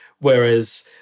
Whereas